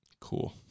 cool